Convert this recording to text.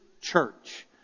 church